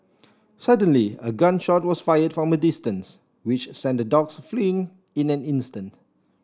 suddenly a gun shot was fired from a distance which sent the dogs fleeing in an instant